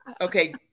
Okay